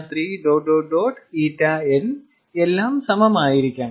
ƞn എല്ലാം സമമായിരിക്കണം